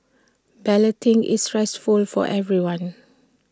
balloting is stressful for everyone